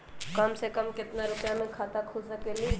कम से कम केतना रुपया में खाता खुल सकेली?